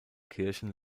kirchen